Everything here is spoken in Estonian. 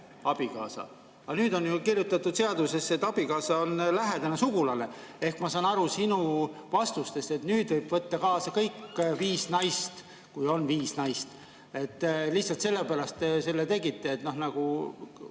abikaasa, aga nüüd on ju kirjutatud seadusesse, et abikaasa on lähedane sugulane. Ehk ma saan aru sinu vastustest, et nüüd võib võtta kaasa kõik viis naist, kui on viis naist. Lihtsalt sellepärast te selle tegite, et igast